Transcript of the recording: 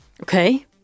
Okay